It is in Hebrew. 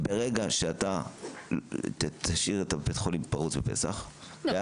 וברגע שאתה תשאיר את בית החולים פרוץ בפסח --- לא,